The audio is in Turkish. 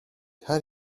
her